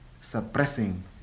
suppressing